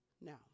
No